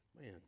man